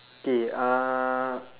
K uh